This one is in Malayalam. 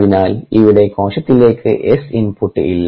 അതിനാൽ ഇവിടെ കോശത്തിലേക്ക് Sഇൻപുട്ട് ഇല്ല